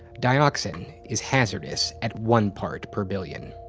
doxin is hazardous at one part per billion.